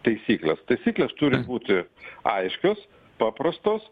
taisykles taisyklės turi būti aiškios paprastos